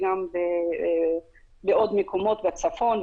וגם בעוד מקומות בצפון,